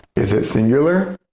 is it singular?